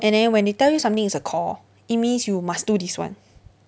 and then when they tell you something is a core it means you must do this one